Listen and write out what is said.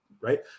Right